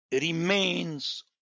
remains